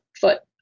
foot